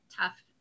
tough